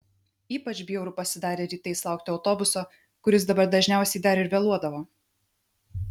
ypač bjauru pasidarė rytais laukti autobuso kuris dabar dažniausiai dar ir vėluodavo